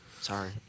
Sorry